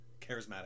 charismatic